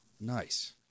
Nice